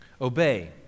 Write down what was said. Obey